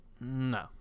no